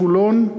לחולון,